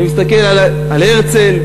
אני מסתכל על הרצל,